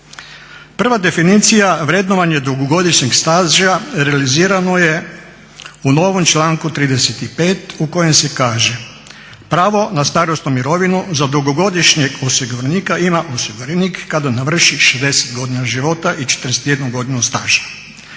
Prva definicija vrednovanja dugogodišnjeg staža realizirano je u novom članku 35.u kojem se kaže "Pravo na starosnu mirovinu za dugogodišnjeg osiguranika ima osiguranik kada navrši 60 godina života i 41 godinu staža."